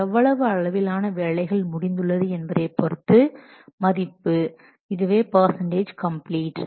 எவ்வளவு அளவிலான வேலைகள் முடிந்துள்ளது என்பதைப் பொருத்து மதிப்பு இதுவே பர்சன்டேஜ் கம்ப்ளீட்